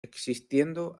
existiendo